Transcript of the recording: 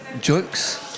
jokes